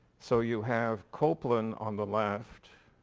so you have copeland on the left.